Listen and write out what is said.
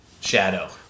shadow